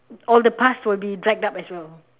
all the past will be dragged up as well